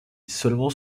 seulement